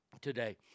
today